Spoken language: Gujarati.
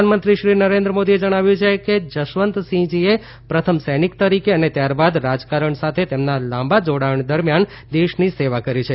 પ્રધાનમંત્રી શ્રી નરેન્દ્ર મોદીએ જણાવ્યું છે કે જસવંતસિંહજીએ પ્રથમ સૈનિક તરીકે અને ત્યારબાદ રાજકારણ સાથે તેમના લાંબા જોડાણ દરમિયાન દેશની સેવા કરી છે